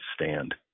stand